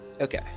Okay